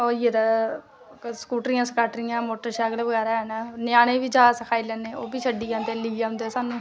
ओह् होई दिया स्कूटरियां मोटरसैकल बगैरा हैन ञ्यानें गी बी जाच सखाई लैने ते ओह्बी लेई आंदे सानूं